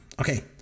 Okay